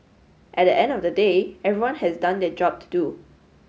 at the end of the day everyone has done their job to do